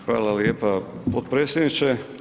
Hvala lijepa potpredsjedniče.